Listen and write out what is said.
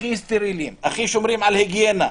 הכי סטריליים, הכי שומרים על היגיינה,